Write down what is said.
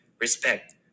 Respect